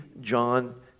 John